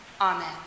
Amen